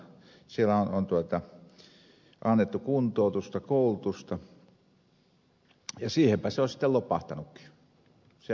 siellä on annettu kuntoutusta koulutusta ja siihenpä se on sitten lopahtanutkin